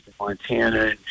Montana